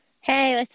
Hey